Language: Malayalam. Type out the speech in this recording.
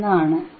1 ആണ്